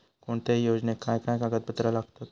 कोणत्याही योजनेक काय काय कागदपत्र लागतत?